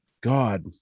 God